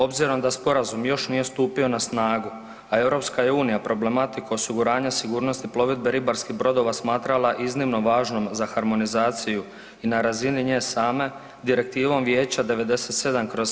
Obzirom da sporazum još nije stupio na snagu, a EU je problematiku osiguranja sigurnosti plovidbe ribarskih brodova smatrala iznimno važnom za harmonizaciju i na razinu nje same Direktivom Vijeća 97/